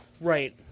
Right